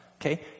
okay